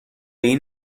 این